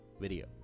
video